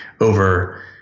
over